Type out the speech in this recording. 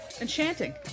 enchanting